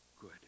good